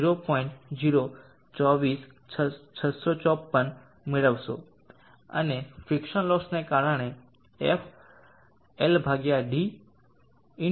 024654 મેળવશો અને ફિક્સન લોસને કારણે f